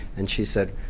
and she said,